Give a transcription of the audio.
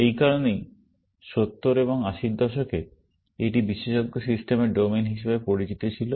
এই কারণেই 70 এবং 80 এর দশকে এটি বিশেষজ্ঞ সিস্টেমের ডোমেন হিসাবে পরিচিত ছিল